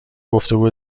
گفتگو